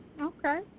Okay